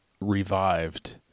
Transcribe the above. revived